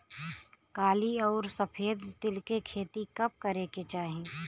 काली अउर सफेद तिल के खेती कब करे के चाही?